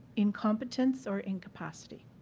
incompetence or incapacity.